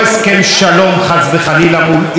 אלא להכות בהם קשה,